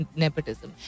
nepotism